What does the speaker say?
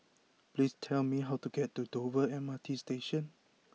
please tell me how to get to Dover M R T Station